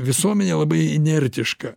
visuomenė labai inertiška